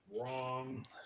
wrong